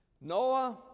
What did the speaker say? Noah